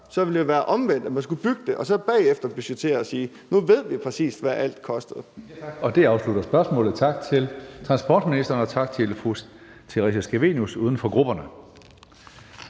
Så ville det jo være omvendt: at man skulle bygge det og så bagefter budgettere og sige, at nu ved vi præcis, hvad alt kostede. Kl. 15:03 Tredje næstformand (Karsten Hønge): Tak. Det afslutter spørgsmålet. Tak til transportministeren, og tak til fru Theresa Scavenius, uden for grupperne.